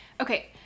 Okay